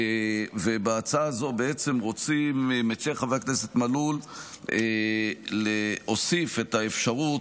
בהצעה הזו בעצם מציע חבר הכנסת מלול להוסיף את האפשרות